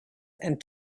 and